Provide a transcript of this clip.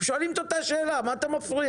שואלים את אותה שאלה, מה אתה מפריע?